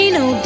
no